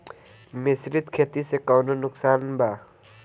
मिश्रित खेती से कौनो नुकसान वा?